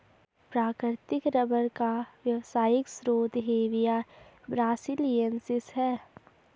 प्राकृतिक रबर का व्यावसायिक स्रोत हेविया ब्रासिलिएन्सिस है